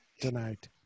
tonight